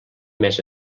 més